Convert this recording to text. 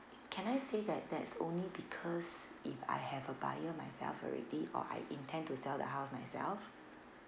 can I say that that's only because if I have a buyer myself already or I intend to sell the house myself